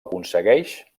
aconsegueix